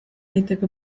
liteke